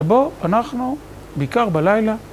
ובו אנחנו, בעיקר בלילה